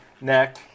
neck